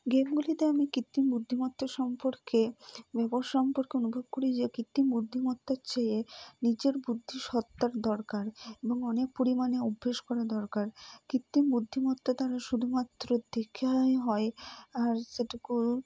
গেমগুলিতে আমি কৃত্রিম বুদ্ধিমত্তা সম্পর্কে ব্যবহার সম্পর্কে অনুভব করি যে কৃত্রিম বুদ্ধিমত্তার চেয়ে নিজের বুদ্ধিসত্তার দরকার এবং অনেক পরিমাণে অভ্যেস করা দরকার কৃত্রিম বুদ্ধিমত্তা তারা শুধুমাত্র দেখেই হয় আর সেটুকু